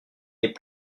n’est